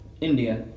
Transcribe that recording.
India